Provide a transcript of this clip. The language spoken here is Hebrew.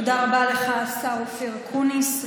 תודה רבה לך, השר אופיר אקוניס.